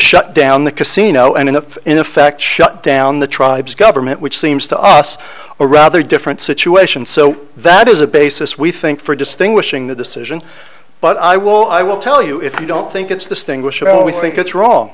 shut down the casino and if in effect shut down the tribes government which seems to us a rather different situation so that is a basis we think for distinguishing the decision but i will i will tell you if you don't think it's the single shell we think it's wrong